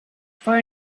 for